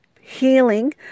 healing